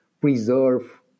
preserve